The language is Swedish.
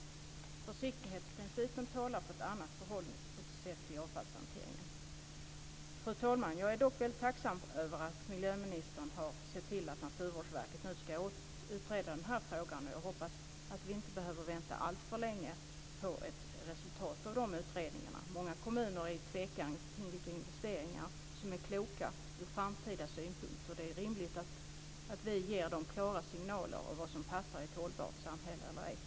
Försiktighetsprincipen talar för ett annat förhållningssätt till avfallshanteringen. Fru talman! Jag är dock väldigt tacksam över att miljöministern har sett till att Naturvårdsverket nu ska utreda den här frågan. Jag hoppas att vi inte behöver vänta alltför länge på ett resultat av de utredningarna. Många kommuner är tveksamma om vilka investeringar som är kloka ur framtidssynpunkt, och det är rimligt att vi ger dem klara signaler om vad som passar eller inte passar i ett hållbart samhälle?